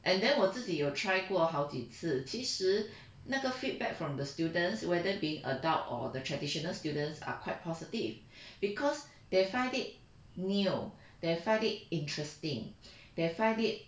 and then 我自己有 try 过好几次其实那个 feedback from the students whether being adult or the traditional students are quite positive because they find it new they find it interesting they find it